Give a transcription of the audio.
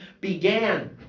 began